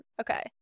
okay